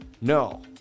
No